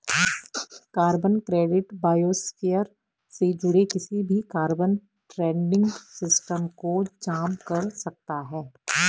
carbon credit biosphere से जुड़े किसी भी कार्बन ट्रेडिंग सिस्टम को जाम कर सकते हैं